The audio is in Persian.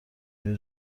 های